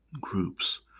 Groups